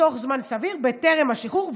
בתוך זמן סביר בטרם השחרור,